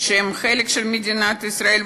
שהם חלק של מדינת ישראל,